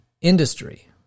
industry